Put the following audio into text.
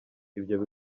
ibyo